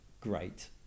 great